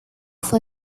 fue